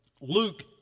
Luke